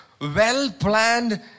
well-planned